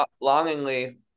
longingly